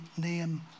name